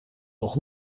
nog